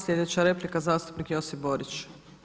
Sljedeća replika zastupnik Josip Borić.